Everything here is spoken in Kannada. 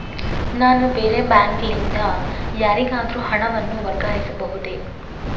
ನಾನು ಬೇರೆ ಬ್ಯಾಂಕ್ ಲಿಂದ ಯಾರಿಗಾದರೂ ಹಣವನ್ನು ವರ್ಗಾಯಿಸಬಹುದೇ?